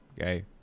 okay